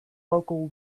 local